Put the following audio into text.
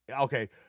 Okay